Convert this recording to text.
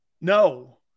No